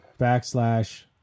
backslash